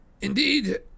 Indeed